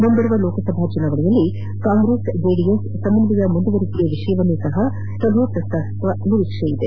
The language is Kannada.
ಮುಂಬರುವ ಲೋಕಸಭಾ ಚುನಾವಣೆಯಲ್ಲಿ ಕಾಂಗ್ರೆಸ್ ಜೆಡಿಎಸ್ ಸಮನ್ವಯ ಮುಂದುವರಿಕೆಯ ವಿಷಯವನ್ನೂ ಸಹ ಸಭೆ ಪ್ರಸ್ತಾಪಿಸುವ ನಿರೀಕ್ಷೆ ಇದೆ